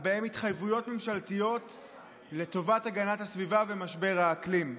ובהם התחייבויות ממשלתיות לטובת הגנת הסביבה ומשבר האקלים.